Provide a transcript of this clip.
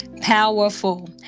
powerful